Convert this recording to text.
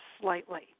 slightly